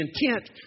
intent